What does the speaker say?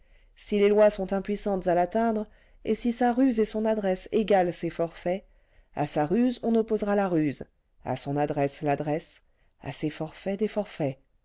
si les lois sont impuissantes à l'atteindre et si sa ruse et son adresse égalent ses forfaits à sa ruse on opposera la ruse à son adresse l'adresse à ses forfaits des forfaits